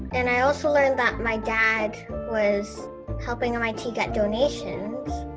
and i also learned that my dad was helping mit get donations.